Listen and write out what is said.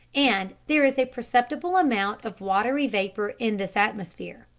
and there is a perceptible amount of watery vapor in this atmosphere.